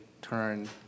turn